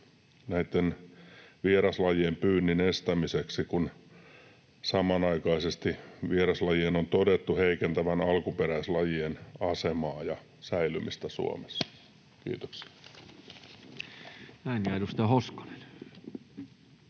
näitten vieraslajien pyynnin estämiseksi, kun samanaikaisesti vieraslajien on todettu heikentävän alkuperäislajien asemaa ja säilymistä Suomessa. — Kiitoksia.